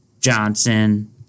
Johnson